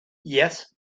yes